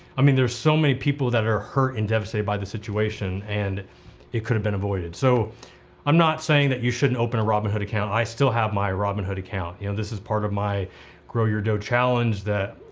i mean, there's so many people that are hurt and devastated by the situation and it could have been avoided. so i'm not saying that you shouldn't open a robinhood account. i still have my robinhood account. you know, this is part of my grow your dough challenge that,